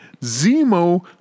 Zemo